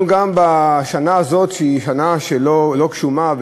השנה הזאת היא שנה לא גשומה,